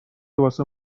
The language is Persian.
واسه